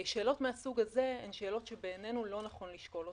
שאלות מהסוג הזה הן שאלות שבעינינו לא נכון לשקול אותן.